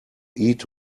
eat